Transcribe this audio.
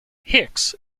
hicks